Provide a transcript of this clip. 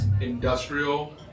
Industrial